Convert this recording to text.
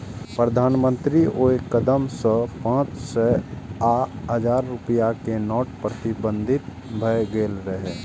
प्रधानमंत्रीक ओइ कदम सं पांच सय आ हजार रुपैया के नोट प्रतिबंधित भए गेल रहै